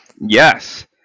Yes